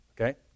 okay